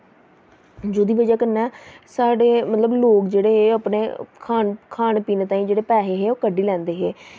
जेह्दी ब'जा कन्नै साढ़े मतलब लोक जेह्डे हे अपने खाने पीने ताईं जेह्ड़े पैसे ओह् कड्ढी लैंदे हे